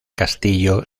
castillo